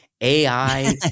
AI